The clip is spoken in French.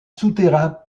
souterrain